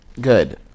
good